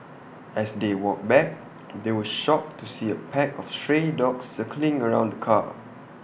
as they walked back they were shocked to see A pack of stray dogs circling around the car